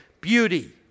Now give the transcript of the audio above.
beauty